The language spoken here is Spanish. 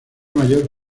mayor